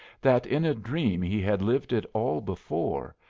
that in a dream he had lived it all before,